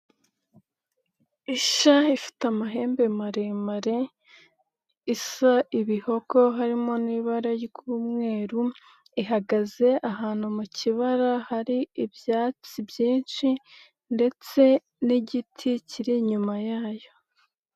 Isha ifite amahembe maremare, isa ibihogo, harimo n'ibara ry'umweru, ihagaze ahantu mu kibara, hari ibyatsi byinshi, ndetse n'igiti kiri inyuma yayo.